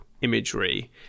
imagery